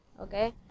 okay